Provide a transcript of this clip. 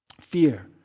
Fear